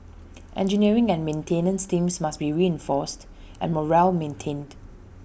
engineering and maintenance teams must be reinforced and morale maintained